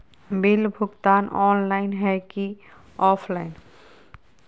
Bill भुगतान online है की ऑफलाइन?